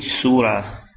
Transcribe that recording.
surah